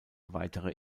weitere